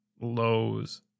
Lowe's